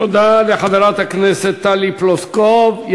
תודה לחברת הכנסת טלי פלוסקוב.